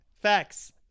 Facts